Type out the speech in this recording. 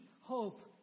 hope